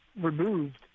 removed